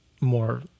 more